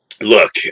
look